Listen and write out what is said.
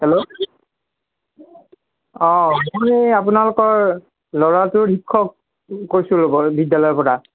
hello অঁ মই আপোনালোকৰ ল'ৰাটোৰ শিক্ষক কৈছোঁ ৰ'ব বিদ্যালয়ৰ পৰা